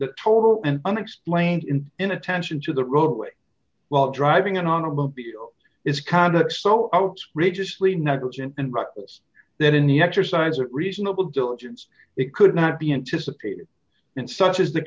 the total and unexplained in inattention to the roadway while driving an automobile is conduct so outrageously negligent and reckless that in the exercise of reasonable diligence it could not be anticipated and such as the